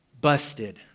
busted